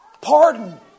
Pardon